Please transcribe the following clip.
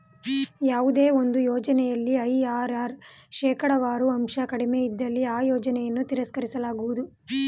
ಯಾವುದೇ ಒಂದು ಯೋಜನೆಯಲ್ಲಿ ಐ.ಆರ್.ಆರ್ ಶೇಕಡವಾರು ಅಂಶ ಕಡಿಮೆ ಇದ್ದಲ್ಲಿ ಆ ಯೋಜನೆಯನ್ನು ತಿರಸ್ಕರಿಸಲಾಗುವುದು